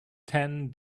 ten